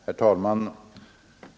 Herr talman!